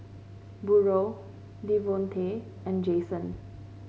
Burrel Devontae and Jason